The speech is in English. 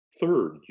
Third